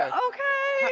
ah okay.